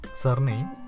surname